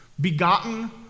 begotten